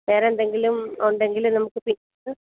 വേറെയെന്തെങ്കിലും ഉണ്ടെങ്കില് നമുക്ക് പിന്നീട്